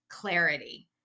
clarity